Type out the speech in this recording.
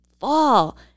fall